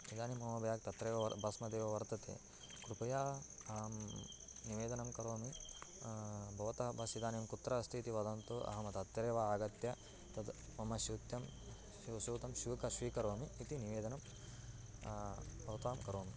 इदानीं मम ब्याग् तत्रैव व बस्मध्येव वर्तते कृपया निवेदनं करोमि भवता बस् इदानीं कुत्र अस्ति इति वदन्तु अहं अ तत्रैव आगत्य तद् मम स्यूतं स् स्यूतं श्वीक स्वीकरोमि इति निवेदनं भवतां करोमि